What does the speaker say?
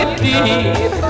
deep